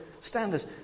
standards